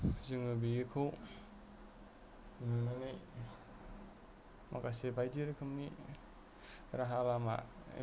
जोङो बेखौ नुनानै माखासे बायदि रोखोमनि राहा लामा एबा